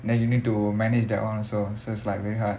then you need to manage that one also so it's like very hard